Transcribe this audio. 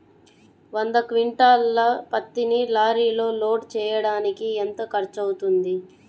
వంద క్వింటాళ్ల పత్తిని లారీలో లోడ్ చేయడానికి ఎంత ఖర్చవుతుంది?